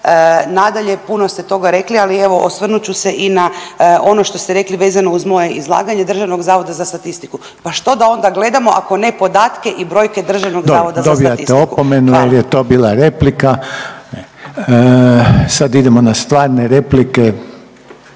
Nadalje, puno ste toga rekli ali evo osvrnut ću se i na ono što ste rekli vezano uz moje izlaganje Državnog zavoda za statistiku. Pa što da onda gledamo, ako ne podatke i brojke Državnog zavoda za statistiku? Hvala. **Reiner, Željko (HDZ)** Dobro dobijate opomenu jer je to bila replika. Sad idemo na stvarne replike,